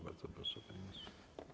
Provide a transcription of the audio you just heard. Bardzo proszę, panie ministrze.